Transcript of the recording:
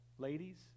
ladies